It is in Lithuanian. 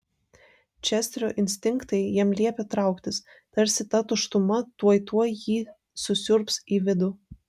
česterio instinktai jam liepė trauktis tarsi ta tuštuma tuoj tuoj jį susiurbs į vidų